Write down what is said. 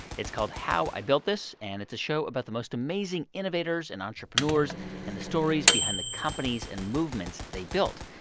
it's called how i built this, and it's a show about the most amazing innovators and entrepreneurs and the stories behind the companies and movements they built.